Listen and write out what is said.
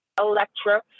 Electra